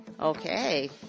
Okay